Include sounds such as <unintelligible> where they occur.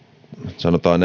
sanotaan <unintelligible>